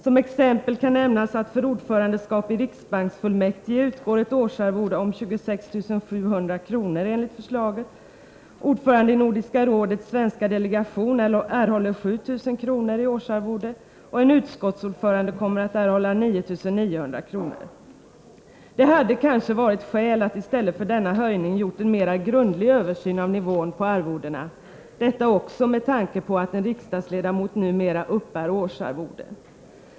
Som exempel kan nämnas att för ordförandeskap i riksbanksfullmäktige utgår ett årsarvode om 26 700 kr. enligt förslaget, ordförande i Nordiska rådets svenska delegation erhåller 7 000 kr. i årsarvode och en utskottsordförande kommer att erhålla 9 900 kr. Det hade kanske varit skäl att i stället för denna höjning göra en mer grundlig översyn av nivån på arvodena. Detta också med tanke på att en riksdagsledamot numera uppbär årsarvode.